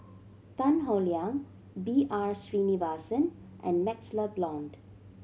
Tan Howe Liang B R Sreenivasan and MaxLe Blond